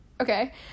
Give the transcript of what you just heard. Okay